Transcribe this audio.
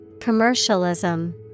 Commercialism